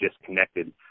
disconnected